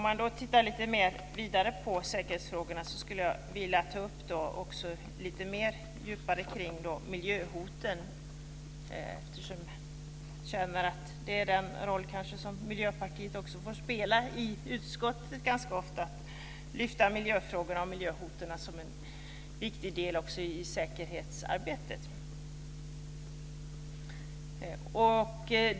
Jag skulle vidare ta upp miljöhoten lite djupare, eftersom jag känner att den roll som Miljöpartiet ganska ofta får spela i utskottet är att lyfta fram miljöfrågorna och miljöhoten som en viktig del i säkerhetsarbetet.